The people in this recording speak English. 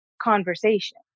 conversation